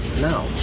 No